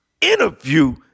interview